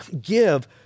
give